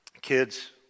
Kids